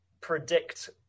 predict